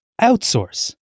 outsource